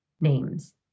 Names